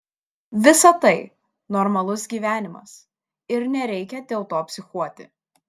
visa tai normalus gyvenimas ir nereikia dėl to psichuoti